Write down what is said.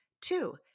Two